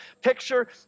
picture